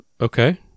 Okay